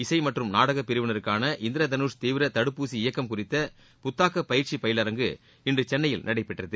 இசை மற்றும் நாடக பிரிவினருக்கான இந்திரதனுஷ் தீவிர தடுப்பூசி இயக்கம் குறித்த புத்தாக்கப் பயிற்சி பயிலரங்கு இன்று சென்னையில் நடைபெற்றகு